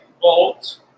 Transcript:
volt